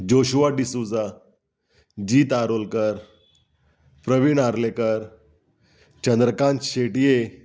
Joshua D'Souza Jeet Arolkar Praveen Arlekar Chandrakant Shetye